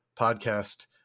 podcast